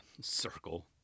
circle